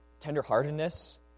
tenderheartedness